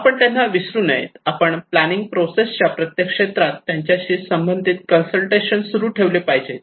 आपण त्यांना विसरू नये आपण प्लानिंग प्रोसेस च्या प्रत्येक क्षेत्रात त्यांच्याशी संबंधित कन्सल्टेशन सुरू ठेवले पाहिजे